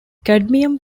cadmium